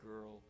girl